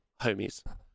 homies